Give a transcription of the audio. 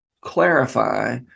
clarify